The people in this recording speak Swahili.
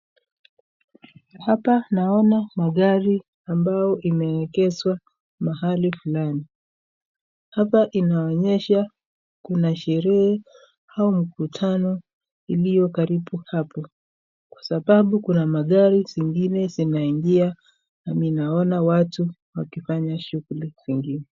Hapa naona magari ambayo imeegeshwa mahali fulani. Hapa inaonesha kuna sherehe au mkutano iliyo karibu hapo. kwasababu kuna magari zingine zimeingia na naona watu wakifanya shughli kwingine.